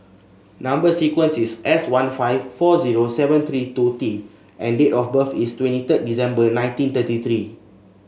number sequence is S one five four zero seven three two T and date of birth is twenty third December nineteen thirty three